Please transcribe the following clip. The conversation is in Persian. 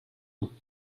you